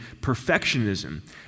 perfectionism